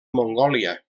mongòlia